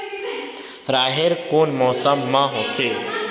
राहेर कोन मौसम मा होथे?